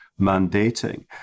mandating